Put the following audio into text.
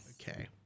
Okay